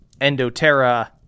Endoterra